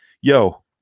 yo